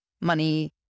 money